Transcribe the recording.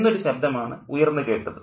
എന്നൊരു ശബ്ദമാണ് ഉയർന്നു കേട്ടത്